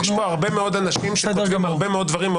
יש פה הרבה מאוד אנשים שכותבים-